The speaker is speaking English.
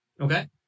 Okay